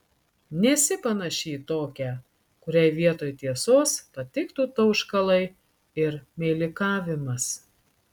nesi panaši į tokią kuriai vietoj tiesos patiktų tauškalai ir meilikavimas